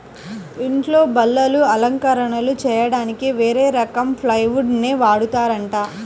ఇంట్లో బల్లలు, అలంకరణలు చెయ్యడానికి వేరే రకం ప్లైవుడ్ నే వాడతారంట